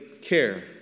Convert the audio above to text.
care